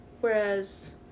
Whereas